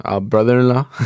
brother-in-law